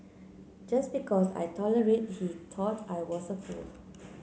just because I tolerated he thought I was a fool